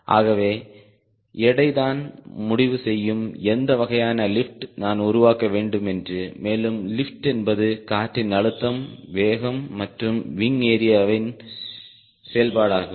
ஆகவே எடை தான் முடிவு செய்யும் எந்த வகையான லிப்ட் நான் உருவாக்க வேண்டும் என்று மேலும் லிப்ட் என்பது காற்றின் அழுத்தம் வேகம் மற்றும் விங் ஏரியாவின் செயல்பாடாகும்